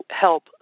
help